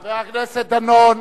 חבר הכנסת דנון.